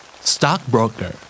stockbroker